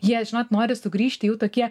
jie žinot nori sugrįžti jau tokie